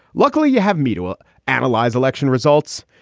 luckily, you have me to ah analyze election results.